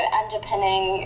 underpinning